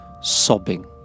sobbing